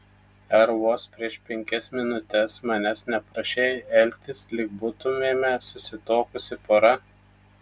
ar vos prieš penkias minutes manęs neprašei elgtis lyg būtumėme susituokusi pora